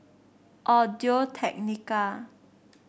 Audio Technica